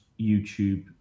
YouTube